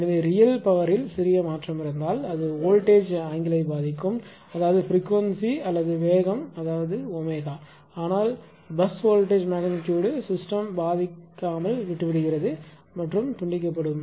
எனவே ரியல் பவரில் சிறிய மாற்றம் இருந்தால் அது வோல்ட்டேஜ் ஆங்கிளை பாதிக்கும் அதாவது பிரிகுவென்ஸி அல்லது வேகம் அதாவது ஒமேகா ஆனால் பஸ் வோல்டேஜ் மெக்னிட்யூடு சிஸ்டம் பாதிக்காமல் விட்டுவிடுகிறது மற்றும் துண்டிக்கப்படுகிறது